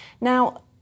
now